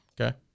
Okay